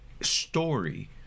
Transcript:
story